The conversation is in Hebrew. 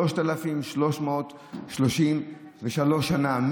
3,333 שנה.